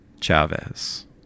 chavez